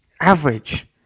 average